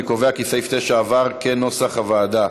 אני קובע כי סעיף 9 התקבל כנוסח הוועדה.